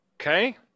Okay